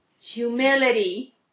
Humility